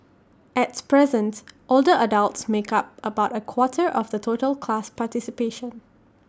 at presence older adults make up about A quarter of the total class participation